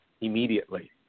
immediately